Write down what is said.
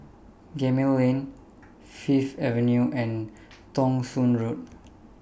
Gemmill Lane Fifth Avenue and Thong Soon Road